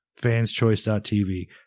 Fanschoice.tv